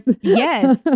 Yes